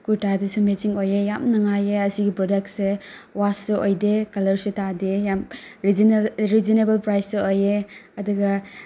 ꯀꯨꯔꯇꯗꯁꯨ matching ꯑꯣꯏꯑꯦ ꯌꯥꯝ ꯅꯨꯉꯥꯏꯑꯦ ꯑꯁꯤꯒꯤ ꯄ꯭ꯔꯣꯗꯛꯁꯦ ꯋꯥꯁꯁꯨ ꯑꯣꯏꯗꯦ ꯀꯂꯔꯁꯨ ꯇꯥꯗꯦ ꯌꯥꯝ ꯔꯤꯖꯟꯅꯦꯕꯜ ꯄ꯭ꯔꯥꯏꯁꯁꯨ ꯑꯣꯏꯑꯦ ꯑꯗꯨꯒ